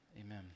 Amen